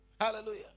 hallelujah